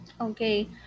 Okay